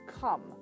come